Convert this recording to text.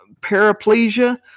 paraplegia